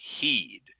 heed